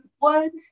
words